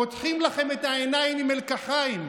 פותחים לכם את העיניים עם מלקחיים.